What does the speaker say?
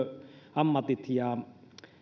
ammatit ja